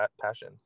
passion